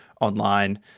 online